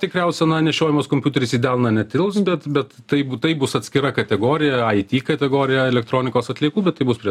tikriausia nešiojamas kompiuteris į delną netilps bet bet taip tai bus atskira kategorija it kategorija elektronikos atliekų bet tai bus prie